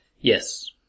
yes